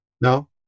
No